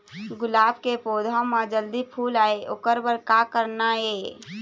गुलाब के पौधा म जल्दी फूल आय ओकर बर का करना ये?